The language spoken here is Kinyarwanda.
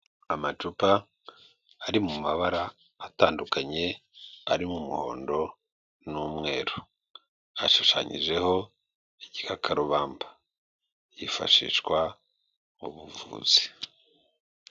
Amacupa ari mu mabara atandukanye arimo umuhondo n'umweru, hashushanyijeho igikakarubamba kifashishwa mu ubuvuzi.